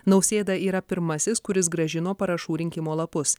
nausėda yra pirmasis kuris grąžino parašų rinkimo lapus